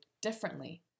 differently